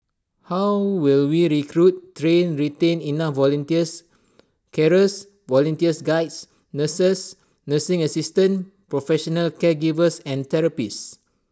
how will we recruit train retain enough volunteers carers volunteers Guides nurses nursing assistant professional caregivers and therapists